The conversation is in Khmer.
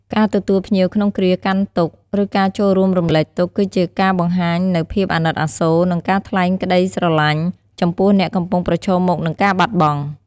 ការទទួលភ្ញៀវក្នុងគ្រាកាន់ទុក្ខ ឬការចូលរួមរំលែកទុក្ខ គឺជាការបង្ហាញនូវភាពអាណិតអាសូរ និងការថ្លែងក្តីស្រឡាញ់ចំពោះអ្នកកំពុងប្រឈមមុខនឹងការបាត់បង់។